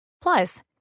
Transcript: Plus